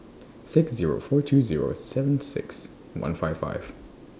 six Zero four two Zero seven six one five five